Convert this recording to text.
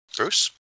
Bruce